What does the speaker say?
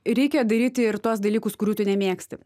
reikia daryti ir tuos dalykus kurių tu nemėgsti